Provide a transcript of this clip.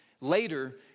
Later